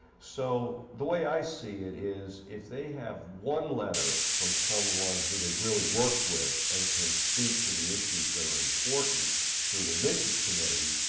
so, the way i see it is, if they have one letter from someone who they've really worked with and can speak to the issues that are important to an admissions committee,